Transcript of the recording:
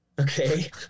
okay